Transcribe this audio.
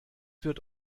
wird